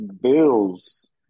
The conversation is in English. Bills